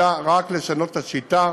אלא רק לשנות את השיטה,